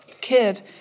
kid